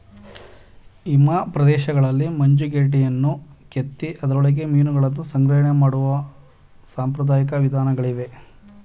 ಹಿಮ ಪ್ರದೇಶಗಳಲ್ಲಿ ಮಂಜುಗಡ್ಡೆಯನ್ನು ಕೆತ್ತಿ ಅದರೊಳಗೆ ಮೀನುಗಳನ್ನು ಸಂಗ್ರಹಣೆ ಮಾಡುವ ಸಾಂಪ್ರದಾಯಿಕ ವಿಧಾನಗಳಿವೆ